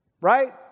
Right